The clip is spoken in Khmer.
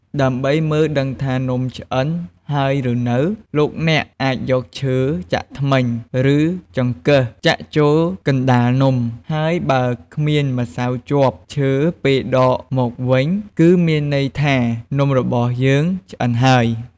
ដើម្បីមើលដឹងថានំឆ្អិនហើយឬនៅ លោកអ្នកអាចយកឈើចាក់ធ្មេញ ឬចង្កឹះចាក់ចូលកណ្ដាលនំ ហើយបើគ្មានម្សៅជាប់ឈើពេលដកមកវិញ គឺមានន័យថា នំរបស់យើងឆ្អិនហើយ។